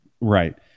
Right